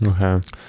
okay